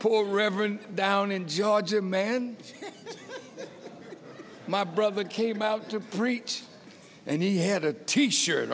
poor reverend down in georgia man my brother came out to preach and he had a t shirt